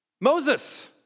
Moses